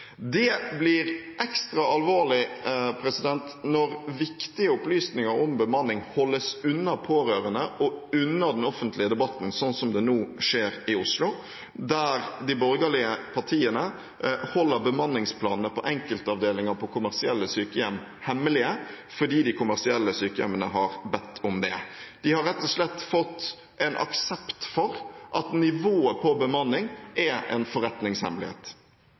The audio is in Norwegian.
Det blir ekstra alvorlig når viktige opplysninger om bemanning holdes unna pårørende og unna den offentlige debatten, sånn som det nå skjer i Oslo, der de borgerlige partiene holder bemanningsplanene på enkeltavdelinger på kommersielle sykehjem hemmelige, fordi de kommersielle sykehjemmene har bedt om det. De har rett og slett fått en aksept for at nivået på bemanning er en forretningshemmelighet.